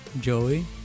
Joey